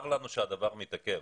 צר לנו שהדבר מתעכב.